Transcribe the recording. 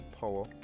power